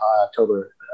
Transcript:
October